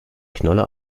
knolle